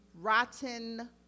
rotten